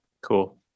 cool